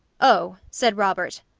oh, said robert,